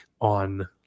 on